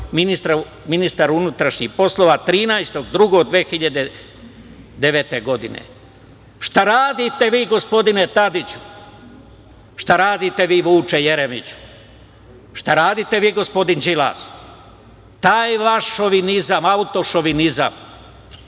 ministar unutrašnjih poslova, 13.02.2009. godine. Šta radite vi, gospodine Tadiću? Šta radite vi, Vuče Jeremiću? Šta radite vi, gospodin Đilas? Taj vaš šovinizam, autošovinizam,